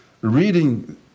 reading